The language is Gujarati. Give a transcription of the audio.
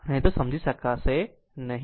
નહીં તો સમજી શકાશે નહિ